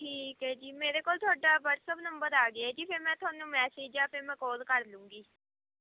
ਠੀਕ ਹੈ ਜੀ ਮੇਰੇ ਕੋਲ ਤੁਹਾਡਾ ਵਟਸਐਪ ਨੰਬਰ ਆ ਗਿਆ ਜੀ ਫਿਰ ਮੈਂ ਤੁਹਾਨੂੰ ਮੈਸੇਜ ਜਾਂ ਫਿਰ ਮੈਂ ਕੋਲ ਕਰ ਲਉਂਗੀ